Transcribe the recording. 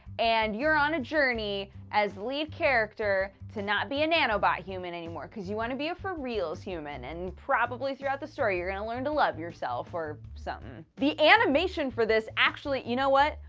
and you're on a journey as lead character. to not be a nanobot-human anymore, cause you wanna be a for reals human. and probably throughout the story you're gonna learn to love yourself or. something. the animation for this actually. you know what?